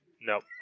Nope